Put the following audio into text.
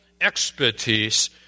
expertise